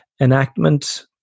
enactment